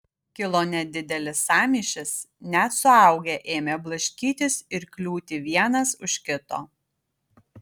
kilo nedidelis sąmyšis net suaugę ėmė blaškytis ir kliūti vienas už kito